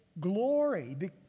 glory